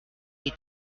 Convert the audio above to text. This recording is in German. die